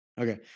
Okay